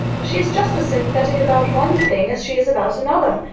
she is just as sympathetic about one thing as she is about another.